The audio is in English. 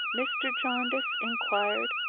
mr. jarndyce inquired.